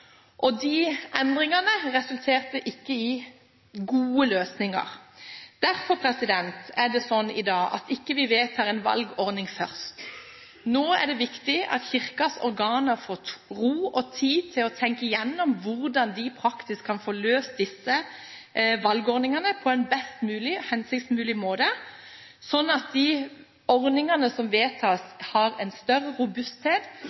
og de endringene resulterte ikke i gode løsninger. Derfor er det sånn i dag at vi vedtar ikke en valgordning først. Nå er det viktig at Kirkens organer får ro og tid til å tenke gjennom hvordan de praktisk kan få løst dette med valgordning på en best mulig og hensiktsmessig måte, sånn at den ordningen som vedtas, har en større robusthet